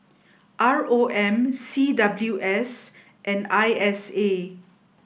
R O M C W S and I S A